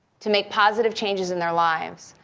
to make positive changes in their lives.